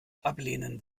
ablehnen